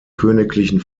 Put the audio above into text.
königlichen